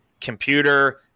computer